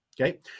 Okay